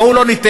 בואו לא נטעה: